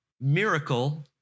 miracle